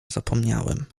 zapomniałem